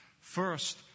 First